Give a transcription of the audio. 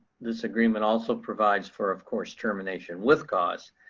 this agreement also provides for of course termination with cause.